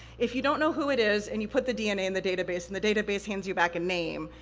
if you don't know who it is, and you put the dna in the database, and the database hands you back a name,